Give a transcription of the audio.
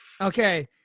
Okay